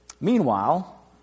Meanwhile